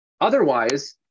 Otherwise